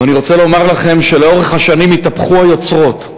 ואני רוצה לומר לך שלאורך השנים התהפכו היוצרות,